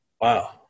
Wow